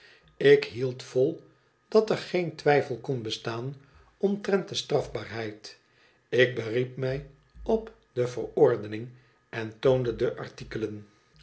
ik hield vol dat er geen twijfel kon bestaan omtrent de strafbaarheid ik beriep mij op de verordening en toonde de artikelen